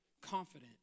confident